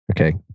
okay